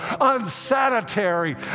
unsanitary